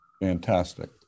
Fantastic